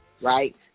Right